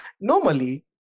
normally